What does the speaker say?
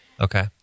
Okay